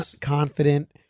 confident